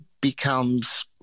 becomes